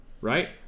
right